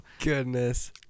goodness